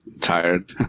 Tired